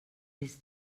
his